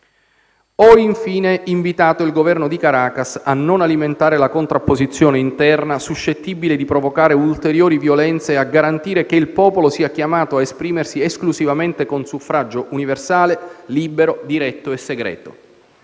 Ho infine invitato il Governo di Caracas a non alimentare la contrapposizione interna, suscettibile di provocare ulteriori violenze, e a garantire che il popolo sia chiamato a esprimersi esclusivamente con suffragio universale, libero, diretto e segreto.